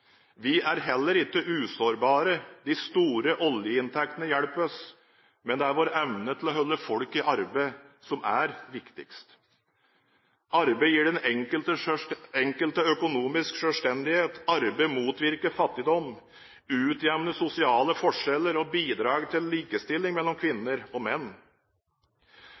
Vi er heller ikke usårbare. De store oljeinntektene hjelper oss, men det er vår evne til å holde folk i arbeid som er viktigst. Arbeid gir den enkelte økonomisk selvstendighet. Arbeid motvirker fattigdom, utjevner sosiale forskjeller og bidrar til likestilling mellom kvinner og menn.